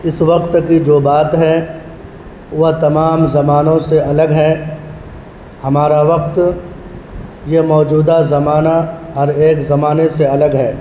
اس وقت کی جو بات ہے وہ تمام زمانوں سے الگ ہے ہمارا وقت یہ موجودہ زمانہ ہر ایک زمانے سے الگ ہے